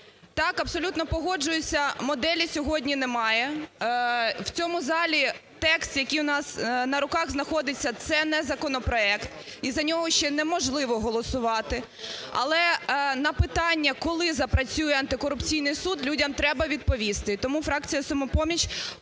Так, абсолютно погоджуюся, моделі сьогодні немає, в цьому залі текст, який в нас на руках знаходиться це не законопроект і за нього ще неможливо голосувати. Але на питання, коли запрацює антикорупційний суд, людям треба відповісти. Тому фракція "Самопоміч"